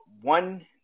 one